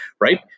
right